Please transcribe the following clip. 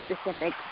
specific